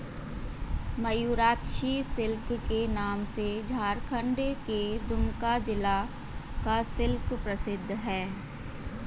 Mayurakshi silk के नाम से झारखण्ड के दुमका जिला का सिल्क प्रसिद्ध है